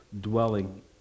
dwelling